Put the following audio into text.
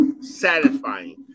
satisfying